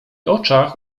oczach